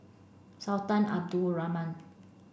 Sultan Abdul Rahman